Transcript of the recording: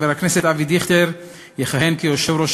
חבר הכנסת אבי דיכטר יכהן כיושב-ראש